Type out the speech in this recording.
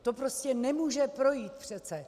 To prostě nemůže projít přece.